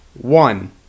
One